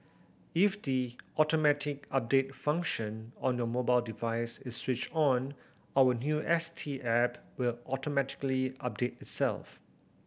if the automatic update function on your mobile device is switched on our new S T app will automatically update itself